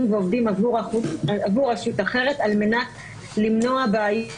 ועובדים עבור רשות אחרת על-מנת למנוע בעיות,